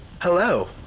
Hello